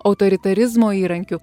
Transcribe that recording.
autoritarizmo įrankiu